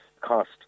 cost